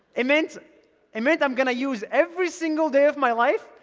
it meant and meant i'm going to use every single day of my life,